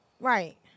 Right